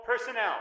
personnel